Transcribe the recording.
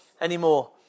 anymore